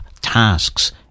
tasks